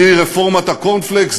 מרפורמת הקורנפלקס,